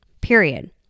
period